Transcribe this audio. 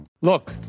Look